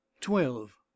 twelve